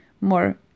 more